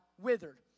withered